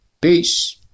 peace